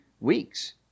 weeks